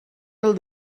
del